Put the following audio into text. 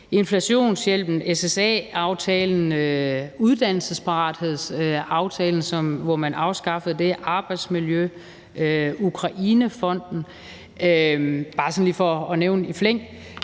inflationshjælpen, SSA-aftalen, uddannelsesparathedsaftalen, hvor man afskaffede det, aftalen om arbejdsmiljø og Ukrainefonden – bare for lige sådan at nævne dem i flæng.